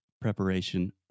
preparation